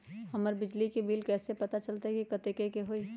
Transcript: हमर बिजली के बिल कैसे पता चलतै की कतेइक के होई?